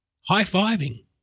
high-fiving